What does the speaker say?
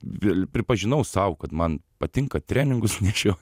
vėl pripažinau sau kad man patinka treningus nešiot